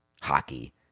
hockey